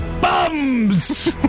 Bums